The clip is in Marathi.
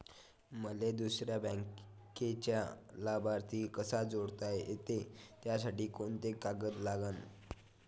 मले दुसऱ्या बँकेचा लाभार्थी कसा जोडता येते, त्यासाठी कोंते कागद लागन?